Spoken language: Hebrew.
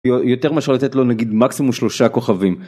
יותר מאשר לתת לו נגיד מקסימום שלושה כוכבים.